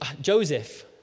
Joseph